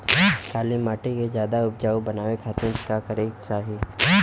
काली माटी के ज्यादा उपजाऊ बनावे खातिर का करे के चाही?